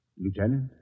Lieutenant